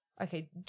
okay